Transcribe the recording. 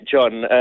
John